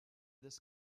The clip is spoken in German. des